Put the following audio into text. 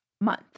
month